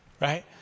Right